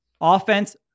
offense